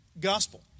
gospel